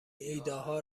ایدهها